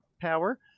power